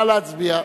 נא להצביע.